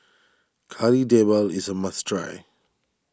Kari Debal is a must try